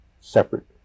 separate